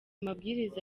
mabwiriza